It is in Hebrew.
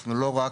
אנחנו לא רק,